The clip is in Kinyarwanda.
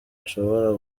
ushobora